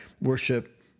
worship